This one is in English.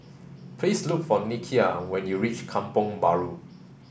please look for Nikia when you reach Kampong Bahru